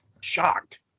Shocked